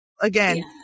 again